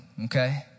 Okay